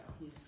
Yes